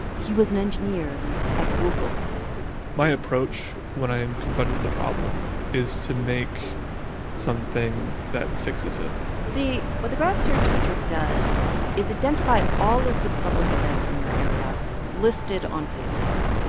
he was an engineer at google my approach when i am confronted with a problem is to make something that fixes it see, what the graph search feature does is identify all of the public events in your area listed on facebook,